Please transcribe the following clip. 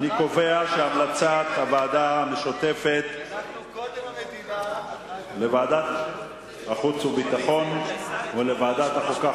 אני קובע שהמלצת הוועדה המשותפת לוועדת החוץ והביטחון ולוועדת החוקה,